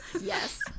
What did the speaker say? yes